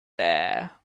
there